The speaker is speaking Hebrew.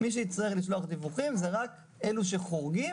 מי שיצטרכו לשלוח דיווחים הם רק אלו שחורגים,